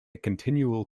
continual